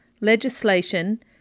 legislation